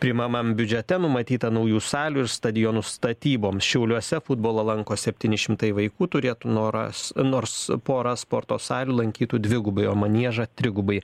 priimamam biudžete numatyta naujų salių ir stadionų statyboms šiauliuose futbolą lanko septyni šimtai vaikų turėtų noras nors porą sporto salių lankytų dvigubai o maniežą trigubai